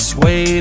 Sway